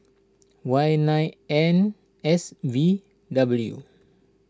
Y nine N S V W